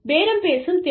பேரம் பேசும் திறமை